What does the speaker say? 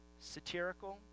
satirical